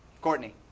Courtney